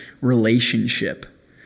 relationship